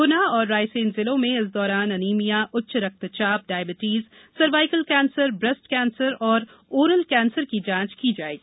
गुना और रायसेन जिलों में इस दौरान एनीमिया उच्च रक्तचाप diabetes cervical cancer breast cancer एवं ओरल कैंसर की जांच की जाएगी